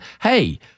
Hey